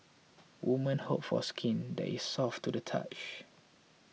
women hope for skin that is soft to the touch